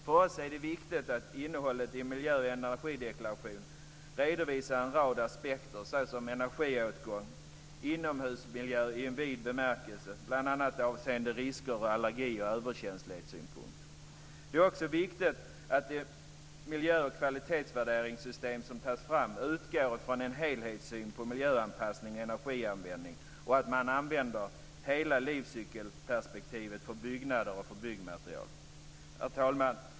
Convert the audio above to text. För oss är det viktigt att innehållet i en miljö och energideklaration redovisar en rad aspekter såsom energiåtgång och inomhusmiljö i vid bemärkelse, bl.a. avseende risker och allergier från överkänslighetssynpunkt. Det är också viktigt att det miljö och kvalitetsvärderingssystem som tas fram utgår från en helhetssyn på miljöanpassningen och energianvändningen och att hela livscykelperspektivet används för byggnader och byggmaterial. Herr talman!